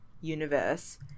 universe